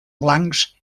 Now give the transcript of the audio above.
blancs